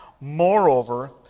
Moreover